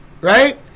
right